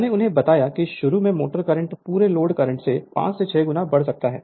मैंने उन्हें बताया कि शुरू में मोटर करंट पूरे लोड करंट से 5 से 6 गुना बड़ा हो सकता है